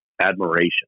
admiration